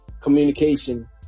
Communication